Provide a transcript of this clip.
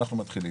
אנחנו מתחילים.